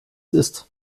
ist